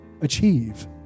achieve